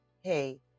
hey